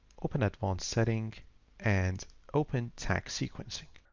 open advanced setting and open tag sequencing.